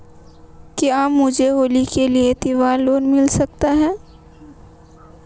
क्या मुझे होली के लिए त्यौहार लोंन मिल सकता है?